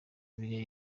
bibiliya